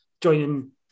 joining